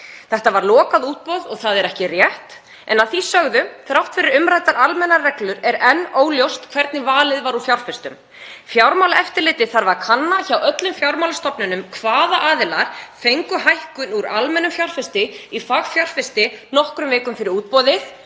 Þetta var lokað útboð og það er ekki rétt. En að því sögðu, þrátt fyrir umræddar almennar reglur, er enn óljóst hvernig valið var úr fjárfestum. Fjármálaeftirlitið þarf að kanna hjá öllum fjármálastofnunum hvaða aðilar fengu hækkun úr almennum fjárfesti í fagfjárfesti nokkrum vikum fyrir útboðið,